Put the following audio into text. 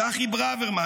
צחי ברוורמן,